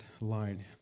line